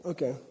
Okay